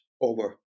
over